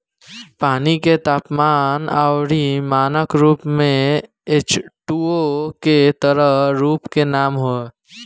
पानी के तापमान अउरी मानक रूप में एचटूओ के तरल रूप के नाम ह